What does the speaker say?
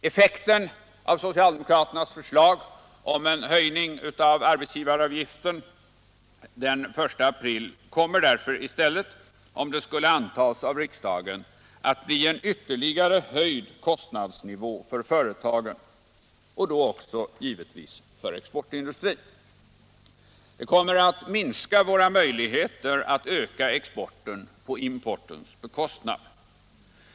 Effekten av socialdemokraternas förslag om en höjning av arbetsgivaravgiften från den 1 april kommer därför i stället, om det antas av riksdagen, att bli en ytterligare höjning av kostnadsnivån för företagen och då givetvis också för exportindustrin. Det kommer att minska våra möjligheter att öka exporten på importens bekostnad.